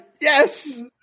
Yes